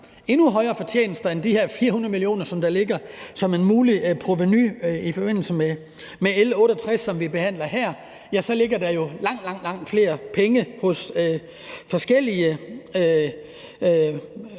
endnu højere fortjenester end de her 400 mio., der ligger som et muligt provenu. I forbindelse med L 68, som vi behandler her, ligger der jo langt, langt flere penge hos forskellige